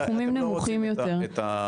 בסכומים נמוכים יותר,